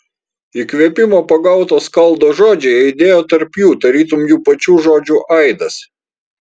įkvėpimo pagauto skaldo žodžiai aidėjo tarp jų tarytum jų pačių žodžių aidas